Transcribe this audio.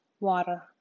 Water